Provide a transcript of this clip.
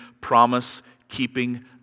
promise-keeping